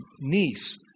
niece